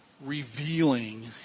revealing